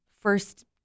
first